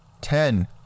Ten